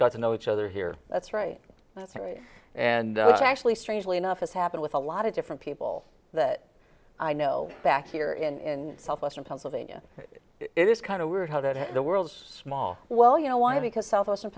got to know each other here that's right that's right and that's actually strangely enough has happened with a lot of different people that i know back here in southwestern pennsylvania it is kind of weird how did the world's smallest well you know why because southwestern